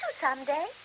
someday